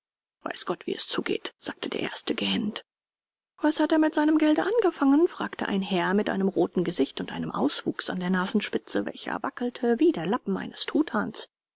weiß gott wie es zugeht sagte der erste gähnend was hat er mit seinem gelde angefangen fragte ein herr mit einem roten gesicht und einem auswuchs an der nasenspitze welcher wackelte wie der lappen eines